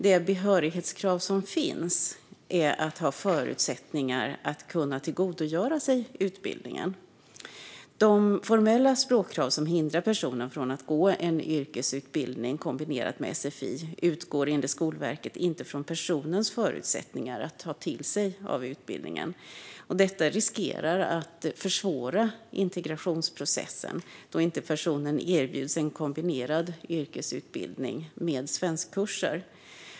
Det behörighetskrav som finns är att man ska ha förutsättningar att tillgodogöra sig utbildningen. De formella språkkrav som hindrar personer från att gå en yrkesutbildning kombinerat med sfi utgår enligt Skolverket inte från personens förutsättningar att ta till sig utbildningen. Detta riskerar att försvåra integrationsprocessen då personen inte erbjuds yrkesutbildning kombinerat med svenskkurser.